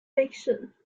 fiction